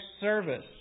service